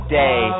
day